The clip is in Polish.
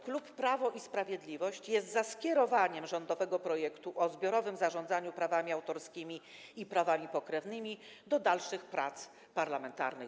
Klub Prawo i Sprawiedliwość jest za skierowaniem rządowego projektu o zbiorowym zarządzaniu prawami autorskimi i prawami pokrewnymi do dalszych prac parlamentarnych.